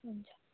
हुन्छ